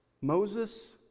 Moses